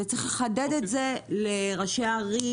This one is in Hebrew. וצריך לחדד את זה לראשי ערים,